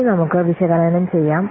ഇനി നമുക്ക് വിശകലനം ചെയ്യാം